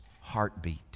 heartbeat